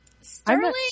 Sterling